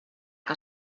que